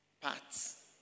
parts